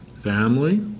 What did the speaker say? Family